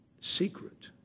secret